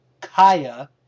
Kaya